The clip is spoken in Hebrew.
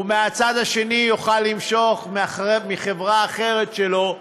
ומהצד השני יוכל למשוך מחברה אחרת שלו דיבידנדים.